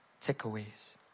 takeaways